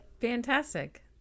Fantastic